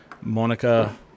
Monica